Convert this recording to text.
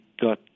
got